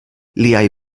liaj